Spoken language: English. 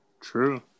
true